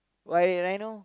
why rhino